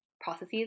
processes